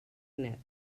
net